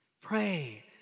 Pray